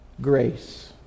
grace